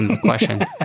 question